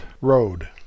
road